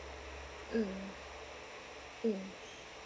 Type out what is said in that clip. mm mm